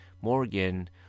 Morgan